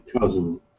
cousin